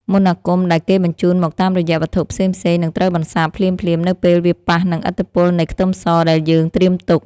មន្តអាគមដែលគេបញ្ជូនមកតាមរយៈវត្ថុផ្សេងៗនឹងត្រូវបន្សាបភ្លាមៗនៅពេលវាប៉ះនឹងឥទ្ធិពលនៃខ្ទឹមសដែលយើងត្រៀមទុក។